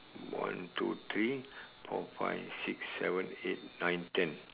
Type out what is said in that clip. one two three four five six seven eight nine ten